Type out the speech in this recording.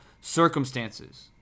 circumstances